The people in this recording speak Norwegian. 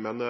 Men det